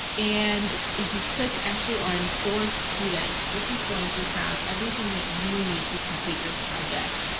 and if you click actually on for students. this is going to have everything that you need to complete your project.